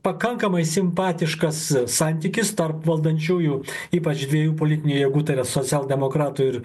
pakankamai simpatiškas santykis tarp valdančiųjų ypač dviejų politinių jėgų tai yra socialdemokratų ir